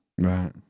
right